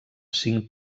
cinc